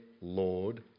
Lord